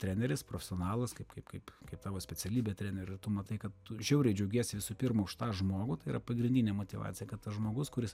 treneris profesionalas kaip kaip kaip kaip tavo specialybė trenerio ir tu matai kad tu žiauriai džiaugiesi visų pirma už tą žmogų tai yra pagrindinė motyvacija kad tas žmogus kuris